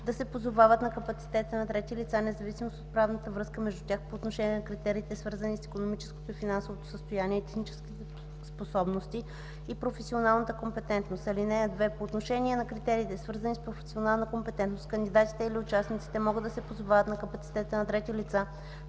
да се позоват на капацитета на трети лица независимо от правната връзка между тях по отношение на критериите, свързани с икономическото и финансовото състояние, техническите способности и професионалната компетентност. (2) По отношение на критериите, свързани с професионална компетентност, кандидатите или участниците могат да се позоват на капацитета на трети лица